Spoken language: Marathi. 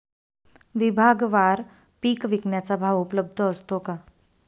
विभागवार पीक विकण्याचा भाव उपलब्ध असतो का?